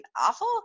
awful